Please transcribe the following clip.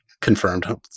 confirmed